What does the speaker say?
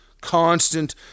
constant